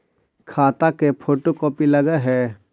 खाता के photo copy लगहै?